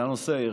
ואחד ערכי.